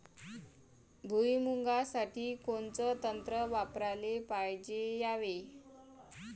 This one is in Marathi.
भुइमुगा साठी कोनचं तंत्र वापराले पायजे यावे?